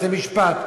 בתי-משפט.